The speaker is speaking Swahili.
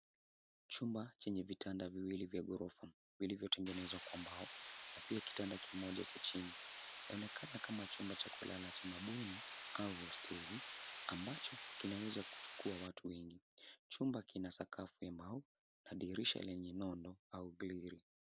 Chumba chenye vitanda viwili vya gorofa vilivyotengenezwa kwa mbao na pia kitanda kimoja cha chini. Yaonekana kama chumba cha kulala cha mabweni au hosteli ambacho kinaweza kuchukua watu wengi. Chumba kina sakafu ya mbao na dirisha lenye nono au grili.